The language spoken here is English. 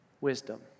wisdom